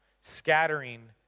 Scattering